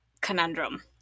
conundrum